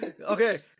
okay